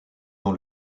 dans